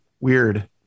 weird